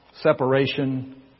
separation